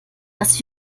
dass